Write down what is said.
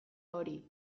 hori